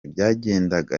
byagendaga